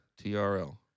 TRL